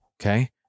Okay